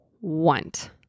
want